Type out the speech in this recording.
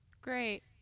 Great